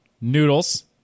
Noodles